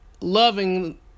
loving